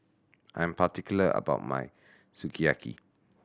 I am particular about my Sukiyaki